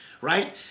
right